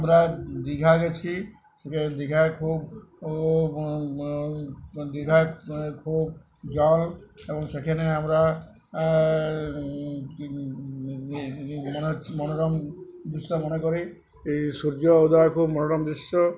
আমরা দীঘা গেছি সে দীঘায় খুব দীঘায় খুব জল এবং সেখানে আমরা মানে হচ্ছে মনোরম দৃশ্য মনে করি এই সূর্য উদয় খুব মনোরম দৃশ্য